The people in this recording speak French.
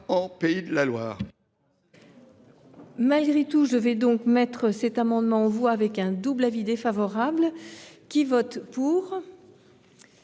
en Pays de la Loire